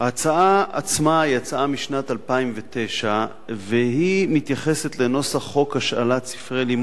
ההצעה עצמה היא הצעה משנת 2009 והיא מתייחסת לנוסח חוק השאלת ספרי לימוד